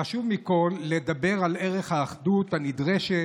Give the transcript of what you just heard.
חשוב מכול לדבר על ערך האחדות, הנדרשת